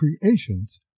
creation's